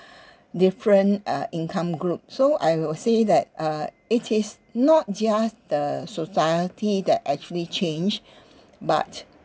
different uh income group so I will say that uh it is not just the society that actually change but